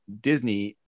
Disney